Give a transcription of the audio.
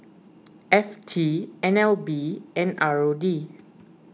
F T N L B and R O D